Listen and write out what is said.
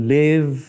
live